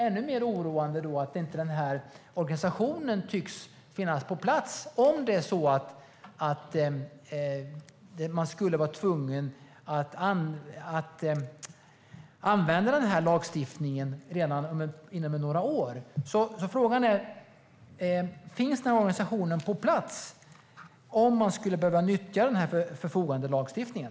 Ännu mer oroande är det att organisationen inte tycks finnas på plats, om man skulle bli tvungen att använda denna lagstiftning redan inom några år. Frågan är: Finns denna organisation på plats, om man skulle behöva nyttja förfogandelagstiftningen?